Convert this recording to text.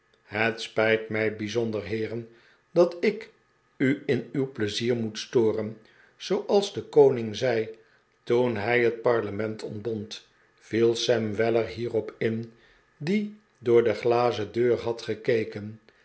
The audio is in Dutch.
het spijt mij bijzonder heeren dat ik u in uw pleizier moet storen zooals de koning zei toen hij het parlement ontbond viel sam weller hierop in die door de glazen deur had gekeken